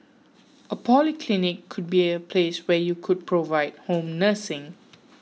a polyclinic could be a place where you could provide home nursing